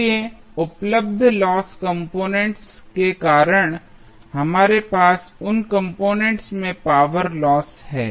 इसलिए उपलब्ध loss components के कारण हमारे पास उन कंपोनेंट्स में पावर लॉस है